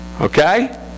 Okay